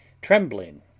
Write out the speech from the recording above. trembling